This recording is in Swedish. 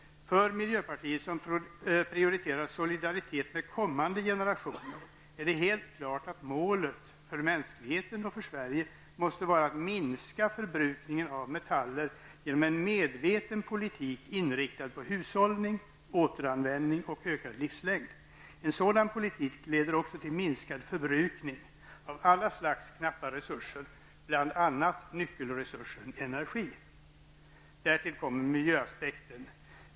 För miljöpartiet, som prioriterar solidaritet med kommande generationer, är det helt klart att målet för mänskligheten och för Sverige måste vara att minska förbrukningen av metaller genom en medveten politik inriktad på hushållning, återanvändning och ökad livslängd. En sådan politik leder också till minskad förbrukning av alla slags knappa resurser, bl.a. nyckelresursen energi. Därtill kommer miljöaspekten.